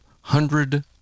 hundred